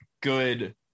good